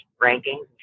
ranking